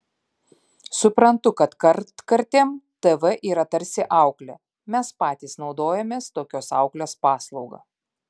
suprantu kad kartkartėm tv yra tarsi auklė mes patys naudojamės tokios auklės paslauga